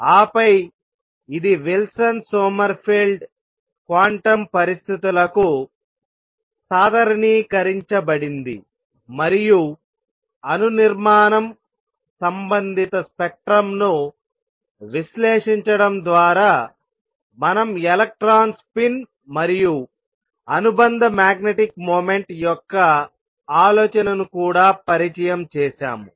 ఆపై ఇది Wilson Sommerfeld quantum పరిస్థితులకు సాధారణీకరించబడింది మరియు అణు నిర్మాణం సంబంధిత స్పెక్ట్రంను విశ్లేషించడం ద్వారా మనం ఎలక్ట్రాన్ స్పిన్ మరియు అనుబంధ మాగ్నెటిక్ మూమెంట్ యొక్క ఆలోచనను కూడా పరిచయం చేసాము